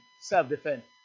self-defense